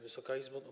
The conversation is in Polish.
Wysoka Izbo!